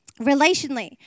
Relationally